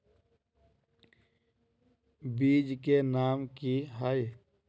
बीज के नाम की है?